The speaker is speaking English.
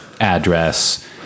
address